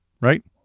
right